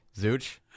Zooch